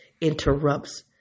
interrupts